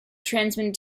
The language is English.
transmitted